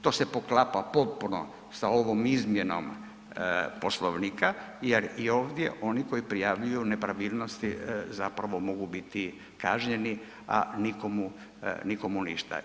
To se poklapa potpuno sa ovom izmjenom Poslovnika jer i ovdje oni koji prijavljuju nepravilnosti zapravo mogu biti kažnjeni, a nikomu ništa.